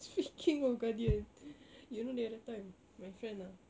speaking of guardian you know the other time my friend ah